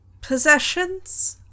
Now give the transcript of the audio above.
possessions